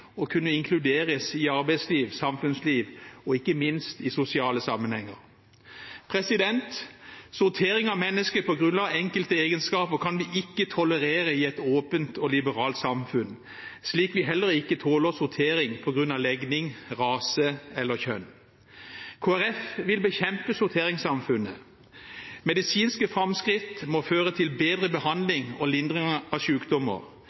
og kunne inkluderes i arbeidsliv, i samfunnsliv og ikke minst i sosiale sammenhenger. Sortering av mennesker på grunn av enkelte egenskaper kan vi ikke tolerere i et åpent og liberalt samfunn, slik vi heller ikke tåler sortering på grunn av legning, rase eller kjønn. Kristelig Folkeparti vil bekjempe sorteringssamfunnet. Medisinske framskritt må føre til bedre behandling og lindring av